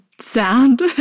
sound